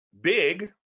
big